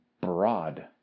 broad